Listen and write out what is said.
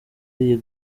iyi